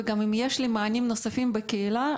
וגם אם יש מענים נוספים בקהילה,